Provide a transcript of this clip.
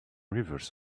rivers